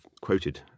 quoted